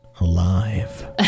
alive